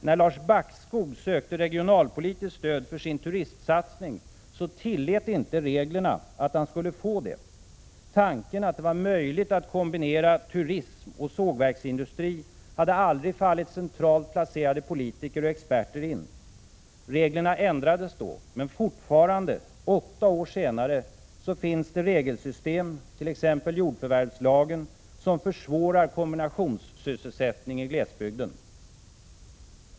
När Lars Backskog sökte regionalpolitiskt stöd för sin turistsatsning, tillät inte reglerna att han skulle få det. Tanken att det var möjligt att kombinera turism och sågverksindustri hade aldrig fallit centralt placerade politiker och experter in. Reglerna ändrades då, men fortfarande, åtta år senare, finns det andra regelsystem, t.ex. jordförvärvslagen, som försvårar kombinationssysselsättning i glesbygden.